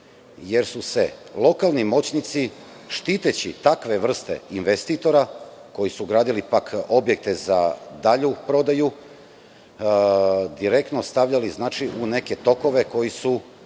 jer su se lokalni moćnici, štiteći takve vrste investitora koji su gradili objekte za dalju prodaju, direktno stavljali u neke tokove koji su